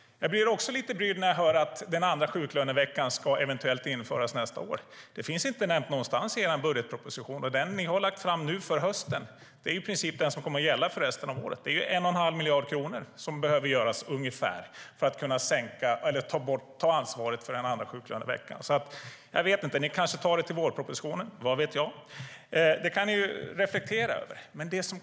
Jag blir också lite brydd när jag hör att den andra sjuklöneveckan eventuellt ska övertas nästa år. Det nämns ingenstans i höstens budgetproposition som i princip komma att gälla resten av året. Det handlar om ungefär 1 1⁄2 miljard kronor för att ta över ansvaret för den andra sjuklöneveckan. Men det kanske kommer i vårpropositionen, vad vet jag?